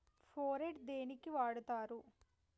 Phorate దేనికి వాడుతరు?